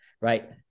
right